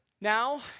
Now